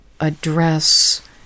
address